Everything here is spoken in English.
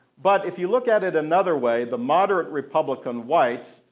but if you look at it another way, the moderate republican, white,